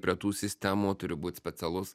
prie tų sistemų turi būt specialus